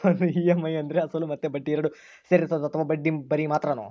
ಒಂದು ಇ.ಎಮ್.ಐ ಅಂದ್ರೆ ಅಸಲು ಮತ್ತೆ ಬಡ್ಡಿ ಎರಡು ಸೇರಿರ್ತದೋ ಅಥವಾ ಬರಿ ಬಡ್ಡಿ ಮಾತ್ರನೋ?